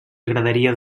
agradaria